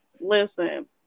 listen